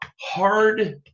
hard